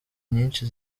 nyinshi